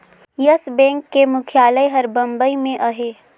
yes Bank के मुख्यालय हर बंबई में अहे